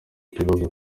ikibazo